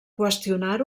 qüestionar